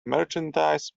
merchandise